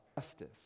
justice